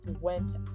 went